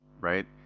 right